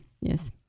yes